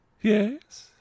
Yes